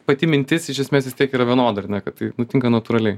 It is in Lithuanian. pati mintis iš esmės vis tiek yra vienoda ir kad tai nutinka natūraliai